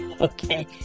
Okay